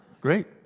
Great